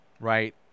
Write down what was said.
right